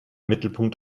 mittelpunkt